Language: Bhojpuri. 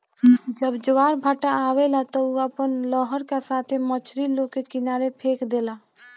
जब ज्वारभाटा आवेला त उ अपना लहर का साथे मछरी लोग के किनारे फेक देला